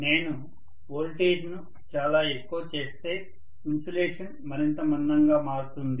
నేను వోల్టేజ్ను చాలా ఎక్కువ చేస్తే ఇన్సులేషన్ మరింత మందంగా మారుతుంది